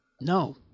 No